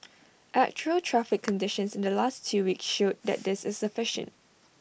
actual traffic conditions in the last two weeks showed that this is sufficient